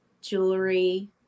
jewelry